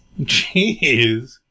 Jeez